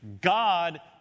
God